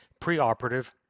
preoperative